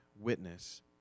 witness